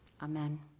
Amen